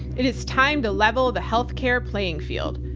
it is time to level the healthcare playing field.